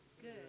good